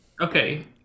Okay